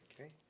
Okay